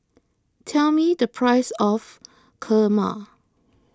tell me the price of Kurma